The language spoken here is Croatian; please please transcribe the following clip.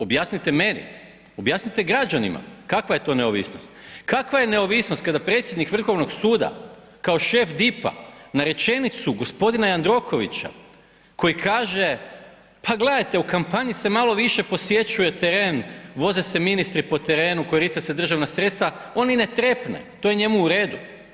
Objasnite meni, objasnite građanima kakva je to neovisnost, kakva je neovisnost kada predsjednik Vrhovnog suda kao šef DIP-a na rečenicu g. Jandrokovića koji kaže pa gledajte, u kampanji se malo više posjećuje teren, voze se ministri po terenu, koriste se državna sredstva, on ni ne trepne, to je njemu u redu.